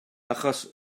achos